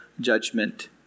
judgment